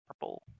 purple